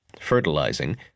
fertilizing